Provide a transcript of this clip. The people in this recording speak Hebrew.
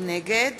נגד